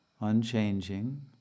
unchanging